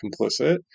complicit